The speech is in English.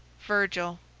virgil